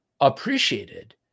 appreciated